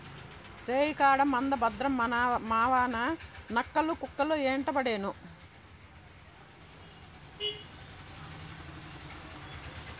రేయికాడ మంద భద్రం మావావా, నక్కలు, కుక్కలు యెంటపడేను